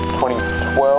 2012